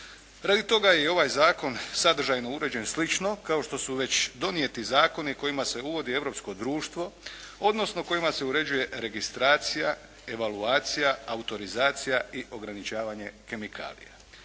Radi toga je i ovaj zakon sadržajno uređen slično kao što su već donijeti zakoni kojima se uvodi europsko društvo, odnosno kojima se uređuje registracija, evaluacija, autorizacija i ograničavanje kemikalija.